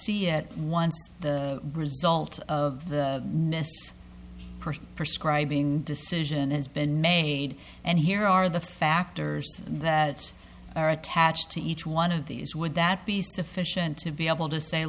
see it one the result of the person prescribe being decision has been made and here are the factors that are attached to each one of these would that be sufficient to be able to say